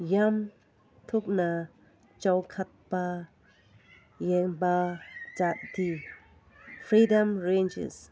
ꯌꯥꯝ ꯊꯨꯅ ꯆꯥꯎꯈꯠꯄ ꯌꯦꯟꯕ ꯖꯥꯇꯤ ꯐ꯭ꯔꯤꯗꯝ ꯔꯦꯟꯖꯦꯁ